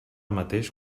mateix